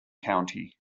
county